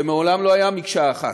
והוא מעולם לא היה מקשה אחת,